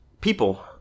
people